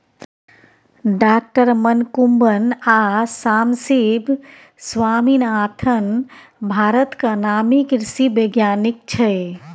डॉ मनकुंबन आ सामसिब स्वामीनाथन भारतक नामी कृषि बैज्ञानिक छै